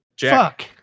Fuck